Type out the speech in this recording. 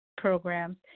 programs